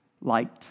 Light